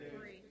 Three